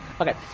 Okay